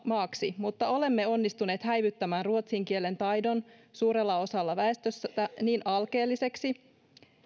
maaksi mutta olemme onnistuneet häivyttämään ruotsin kielen taidon suurella osalla väestöstä niin alkeelliseksi